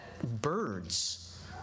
Birds